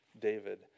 David